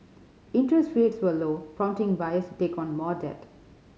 interest rates were low prompting buyers to take on more debt